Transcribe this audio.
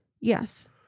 Yes